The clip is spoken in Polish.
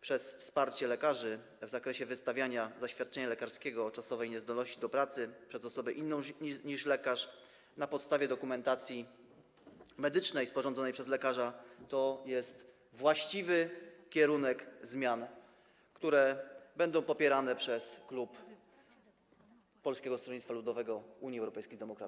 przez wsparcie lekarzy w zakresie wystawiania zaświadczenia lekarskiego o czasowej niezdolności do pracy przez osobę inną niż lekarz na podstawie dokumentacji medycznej sporządzonej przez lekarza to jest właściwy kierunek zmian, które będą popierane przez klub Polskiego Stronnictwa Ludowego - Unii Europejskich Demokratów.